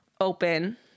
open